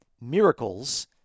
miracles